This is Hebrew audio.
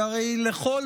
שהרי לכל